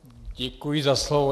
Děkuji za slovo.